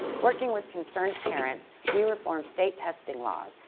working with concerned parents, we reformed state testing laws,